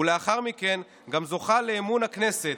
ולאחר מכן גם זוכה לאמון הכנסת,